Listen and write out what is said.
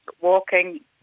walking